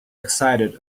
excited